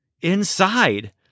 inside